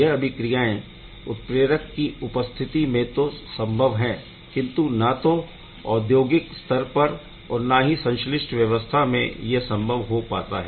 यह अभिक्रियाएं उत्प्रेरक की उपस्थिति में तो संभव है किंतु ना तो औद्योगिक स्तर पर और ना ही संश्लिष्ट व्यवस्था में यह संभव हो पता है